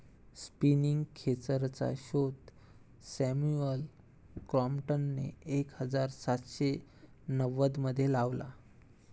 spinning खेचरचा शोध Samuel क्रॉम्प्टनने एक हजार सातशे नव्वदमध्ये लावला